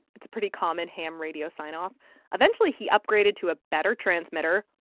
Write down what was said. it's a pretty common ham radio signoff. eventually, he upgraded to a better transmitter.